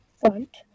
front